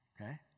Okay